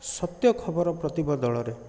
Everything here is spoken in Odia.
ସତ୍ୟ ଖବର ପ୍ରତିବଦଳରେ